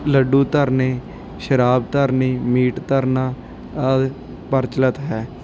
ਲੱਡੂ ਧਰਨੇ ਸ਼ਰਾਬ ਧਰਨੀ ਮੀਟ ਧਰਨਾ ਆਦਿ ਪ੍ਰਚੱਲਿਤ ਹੈ